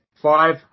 Five